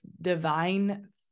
divine